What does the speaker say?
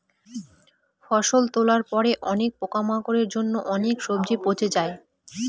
ফসল তোলার পরে অনেক পোকামাকড়ের জন্য অনেক সবজি পচে যায়